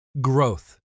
Growth